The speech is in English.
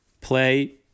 play